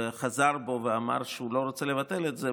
וחזר בו ואמר שהוא לא רוצה לבטל את זה,